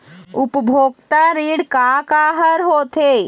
उपभोक्ता ऋण का का हर होथे?